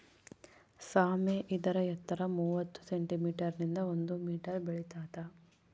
ಸಾಮೆ ಇದರ ಎತ್ತರ ಮೂವತ್ತು ಸೆಂಟಿಮೀಟರ್ ನಿಂದ ಒಂದು ಮೀಟರ್ ಬೆಳಿತಾತ